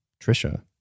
Trisha